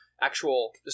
actual